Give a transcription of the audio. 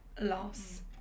loss